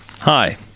Hi